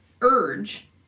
urge